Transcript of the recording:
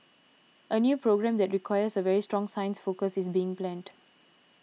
a new programme that requires a very strong science focus is being planned